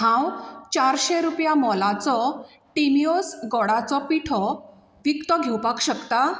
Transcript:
हांव चारशी रुपया मोलाचो टिमिओस गोडाचो पिठो विकतो घेवपाक शकता